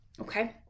Okay